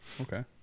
okay